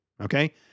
Okay